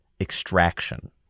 Extraction